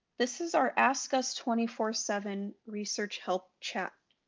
this is our ask us twenty four seven research help chat.